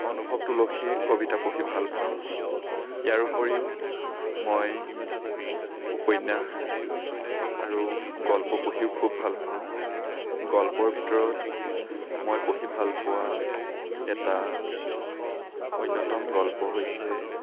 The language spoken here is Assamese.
অনুভৱ তুলসীৰ কবিতা পঢ়ি ভাল পাওঁ ইয়াৰ উপৰিও মই উপন্যাস আৰু গল্প পঢ়িও খুব ভাল পাওঁ গল্পৰ ভিতৰত মই পঢ়ি ভালপোৱা এটা অন্যতম গল্প হৈছে